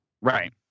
Right